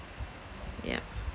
yup